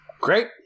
Great